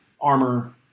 armor